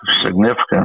significant